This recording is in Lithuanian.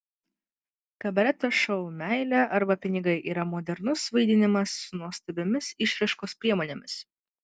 kabareto šou meilė arba pinigai yra modernus vaidinimas su nuostabiomis išraiškos priemonėmis